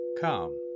Come